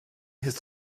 has